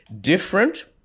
different